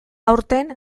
aurten